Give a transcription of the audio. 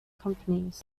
companies